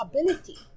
ability